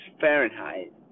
Fahrenheit